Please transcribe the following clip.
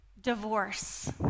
divorce